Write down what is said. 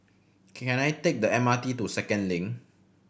can I take the M R T to Second Link